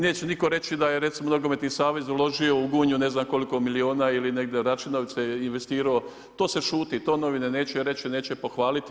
Neće nitko reći da je recimo Nogometni savez uložio u Gunju ne znam koliko milijuna ili u Račinovce investiro, to se šuti, to novine neće reći, neće pohvaliti.